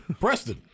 Preston